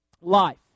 life